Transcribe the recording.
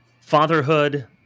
fatherhood